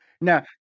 Now